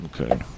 Okay